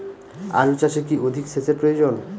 আলু চাষে কি অধিক সেচের প্রয়োজন?